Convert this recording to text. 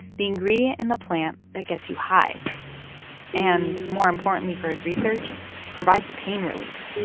the ingredient in the plant that gets you high and more importantly for his research provides pain relief.